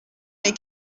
mes